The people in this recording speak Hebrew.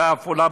בעפולה,